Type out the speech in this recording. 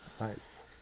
Nice